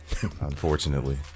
Unfortunately